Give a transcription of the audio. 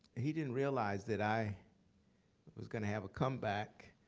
he didn't realize that i was gonna have a comeback.